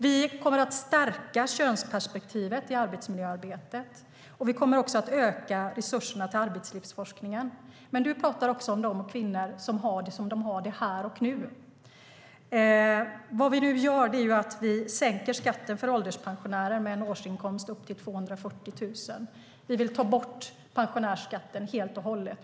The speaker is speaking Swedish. Vi kommer också att stärka könsperspektivet i arbetsmiljöarbetet, och vi kommer att öka resurserna till arbetslivsforskningen. Wiwi-Anne Johansson talar om de kvinnor som har det som de har det här och nu. Därför sänker vi skatten för ålderspensionärer med en årsinkomst upp till 240 000. Vi vill på sikt ta bort pensionärsskatten helt och hållet.